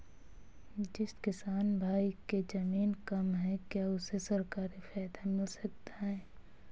जिस किसान भाई के ज़मीन कम है क्या उसे सरकारी फायदा मिलता है?